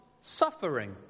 suffering